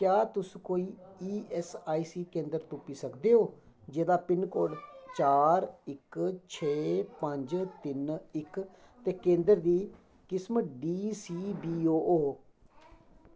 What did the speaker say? क्या तुस कोई ई ऐस्स आई सी केंद्र तुप्पी सकदे ओ जेह्दा पिनकोड चार इक छे पंज तिन्न इक ते केंदर दी किस्म डी सी बी ओ हो